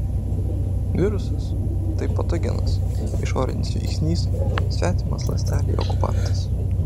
virusas tai patogenas išorinis veiksnys svetimas ląstelei okupantas